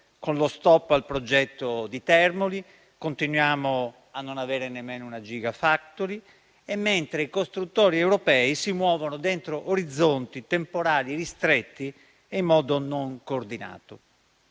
con lo stop al progetto di Termoli, continuiamo a non avere nemmeno una *gigafactory*, mentre i costruttori europei si muovono dentro orizzonti temporali ristretti e in modo non coordinato.